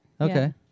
Okay